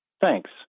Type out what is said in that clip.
Thanks